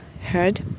heard